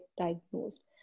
diagnosed